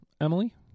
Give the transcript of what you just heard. Emily